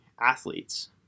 athletes